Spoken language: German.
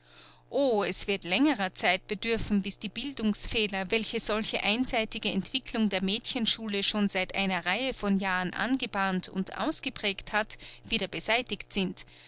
o es wird längerer zeit bedürfen bis die bildungsfehler welche solche einseitige entwicklung der mädchenschule schon seit einer reihe von jahren angebahnt und ausgeprägt hat wieder beseitigt sind